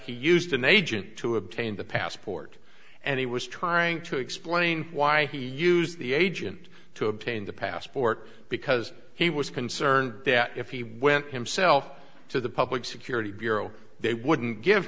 he used an agent to obtain the passport and he was trying to explain why he used the agent to obtain the passport because he was concerned that if he went himself to the public security bureau they wouldn't give